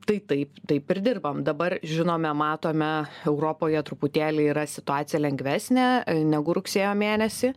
tai taip taip ir dirbam dabar žinome matome europoje truputėlį yra situacija lengvesnė negu rugsėjo mėnesį